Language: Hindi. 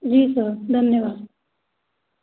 जी सर धन्यवाद